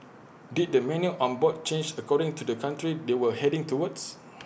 did the menu on board change according to the country they were heading towards